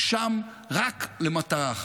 שם רק למטרה אחת,